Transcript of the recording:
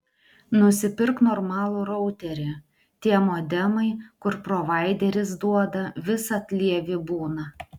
nusipirk normalų routerį tie modemai kur provaideris duoda visad lievi būna